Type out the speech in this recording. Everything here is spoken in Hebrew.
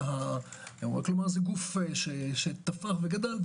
כלומר זה גוף שתפח וגדל,